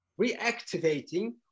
reactivating